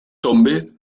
tombée